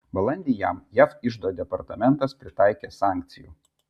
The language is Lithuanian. balandį jam jav iždo departamentas pritaikė sankcijų